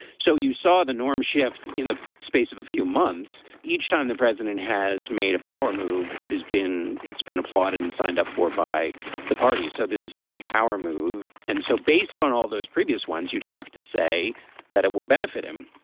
so you saw the norms shift in the space of a few months. each time the president has made a power move, it has been it's been applauded and signed up for by the party. so this is another power move and so based on all those previous ones, you'd have to say that it will benefit him.